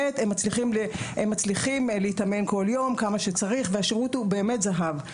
הם מצליחים להתאמן כל יום כמה שצריך והשירות הוא זהב.